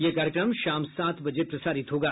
यह कार्यक्रम शाम सात बजे प्रसारित होगा